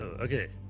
Okay